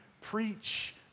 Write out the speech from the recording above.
preach